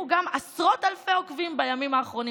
גם עשרות אלפי עוקבים בימים האחרונים.